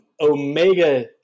Omega